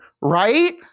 right